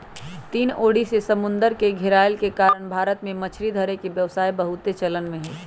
तीन ओरी से समुन्दर से घेरायल के कारण भारत में मछरी धरे के व्यवसाय बहुते चलन में हइ